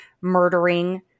murdering